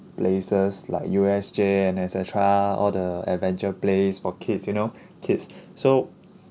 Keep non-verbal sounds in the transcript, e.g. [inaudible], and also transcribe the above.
places like U_S_J and et cetera all the adventure place for kids you know [breath] kids so